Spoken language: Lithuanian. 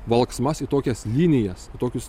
valksmas į tokias linijas į tokius